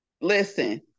Listen